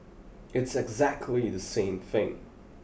it's exactly the same thing